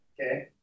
Okay